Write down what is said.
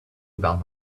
about